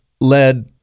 led